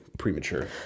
premature